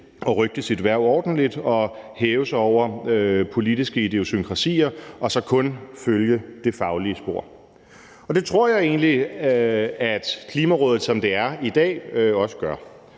at røgte sit hverv ordentligt og hæve sig over politiske idiosynkrasier og kun følge det faglige spor. Og det tror jeg egentlig at Klimarådet, som det er i dag, også gør.